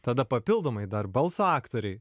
tada papildomai dar balso aktoriai